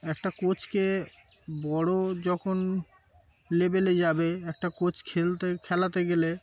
একটা কোচকে বড় যখন লেভেলে যাবে একটা কোচ খেলতে খেলাতে গেলে